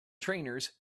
trainers